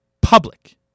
public